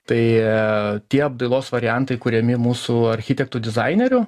tai tie apdailos variantai kuriami mūsų architektų dizainerių